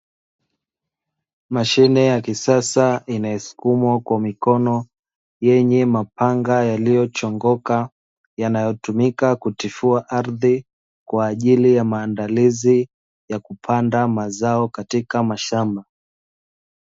Mashine ya kisasa inayosukumwa kwa mkono, yenye mapanga yaliyochongoka, yanayotumika kutifua ardhi, kwa ajili ya maandalizi ya kupanda mazao katika mashamba.